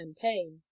campaign